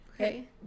Okay